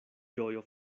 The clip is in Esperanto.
ĝojo